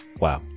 wow